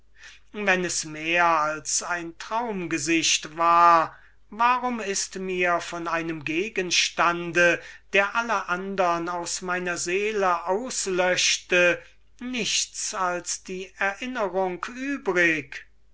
wenn es mehr als ein traum war warum ist mir von einem gegenstand der alle andern aus meiner seele auslöschte nichts als die erinnerung übrig